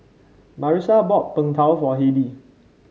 Marisa bought Png Tao for Heidi